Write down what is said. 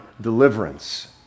deliverance